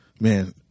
Man